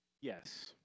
yes